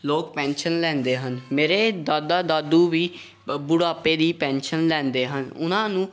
ਲੋਕ ਪੈਨਸ਼ਨ ਲੈਂਦੇ ਹਨ ਮੇਰੇ ਦਾਦਾ ਦਾਦੂ ਵੀ ਅ ਬੁਢਾਪੇ ਦੀ ਪੈਨਸ਼ਨ ਲੈਂਦੇ ਹਨ ਉਹਨਾਂ ਨੂੰ